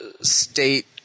state